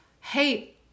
Hey